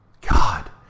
God